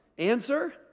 Answer